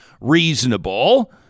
reasonable